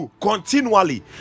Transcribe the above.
continually